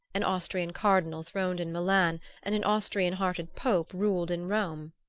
an austrian cardinal throned in milan and an austrian-hearted pope ruled in rome.